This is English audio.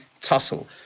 tussle